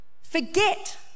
Forget